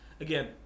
Again